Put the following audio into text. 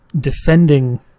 defending